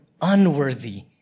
unworthy